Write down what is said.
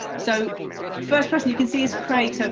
so the first person you can see is craig, so